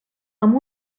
amb